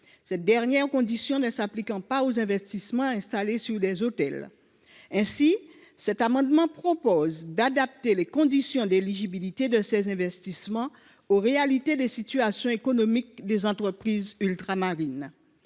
cette dernière condition ne s’appliquant pas aux investissements installés sur des hôtels. Il s’agit donc d’adapter les conditions d’éligibilité de ces investissements à la situation économique réelle des entreprises ultramarines.